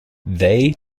they